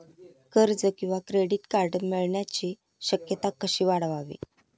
कर्ज किंवा credit card मिळण्याची शक्यता कशी वाढवावी?